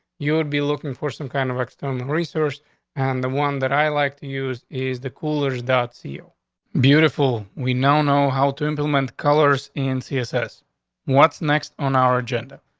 you would be looking for some kind of external research on and the one that i like to use is the coolers dot seal beautiful. we know know how to implement colors and css what's next on our agenda?